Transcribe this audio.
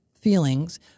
feelings